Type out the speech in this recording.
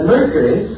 Mercury